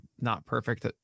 not-perfect